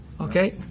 Okay